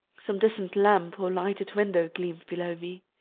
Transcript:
some distant lamp or lighted window gleamed below me.